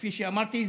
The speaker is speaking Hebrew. כפי שאמרתי,